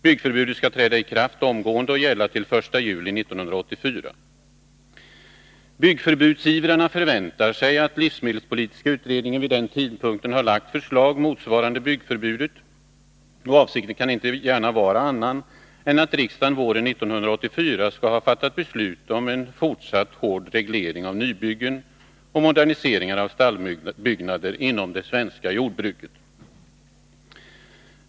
Byggförbudet skall träda i kraft omgående och gälla till den 1 juli 1984. Byggförbudsivrarna förväntar sig att livsmedelspolitiska utredningen vid den tidpunkten har lagt fram förslag som motsvarar byggförbudet. Avsikten kan inte gärna vara annan än att riksdagen våren 1984 skall ha fattat beslut om en fortsatt hård reglering av nybyggen och moderniseringar av stallbyggnader inom det svenska jordbruket.